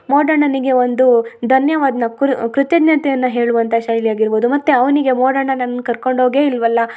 ಮೋಡಣ್ಣನಿಗೆ ಒಂದು ಧನ್ಯವಾದ ಕೃತಜ್ಞತೆಯನ್ನು ಹೇಳುವಂಥ ಶೈಲಿ ಆಗಿರ್ಬೋದು ಮತ್ತು ಅವನಿಗೆ ಮೋಡಣ್ಣ ನನ್ನ ಕರ್ಕೊಂಡು ಹೋಗೆ ಇಲ್ವಲ್ಲ